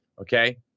okay